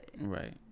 Right